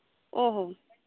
ᱳ ᱦᱳ